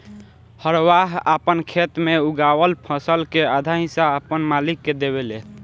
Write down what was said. हरवाह आपन खेत मे उगावल फसल के आधा हिस्सा आपन मालिक के देवेले